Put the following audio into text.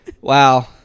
Wow